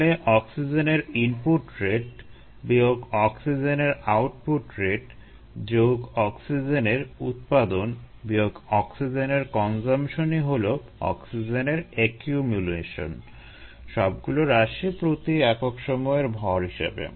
তাহলে অক্সিজেনের input rate সবগুলো রাশিই প্রতি একক সময়ের ভর হিসেবে